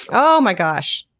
oh my gosh.